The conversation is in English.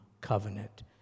covenant